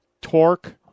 Torque